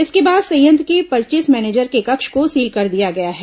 इसके बाद संयंत्र के पर्चेस मैनेजर के कक्ष को सील कर दिया गया है